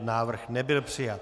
Návrh nebyl přijat.